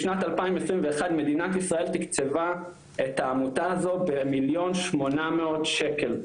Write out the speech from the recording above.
בשנת 2021 מדינת ישראל תקצבה את העמותה הזו ב- 1.800 מיליון שקל,